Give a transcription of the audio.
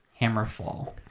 Hammerfall